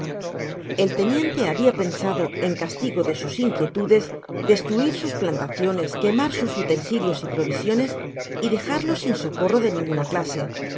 el teniente habia pensado en castigo de sus inquietudes destruir sus plantaciones quemar sus utensilios y provisiones y dejarlos sia socorro de ninguna clase